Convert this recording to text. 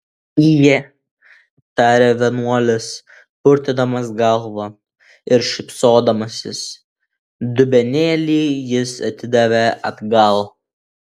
ije tarė vienuolis purtydamas galva ir šypsodamasis dubenėlį jis atidavė atgal